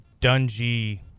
dungy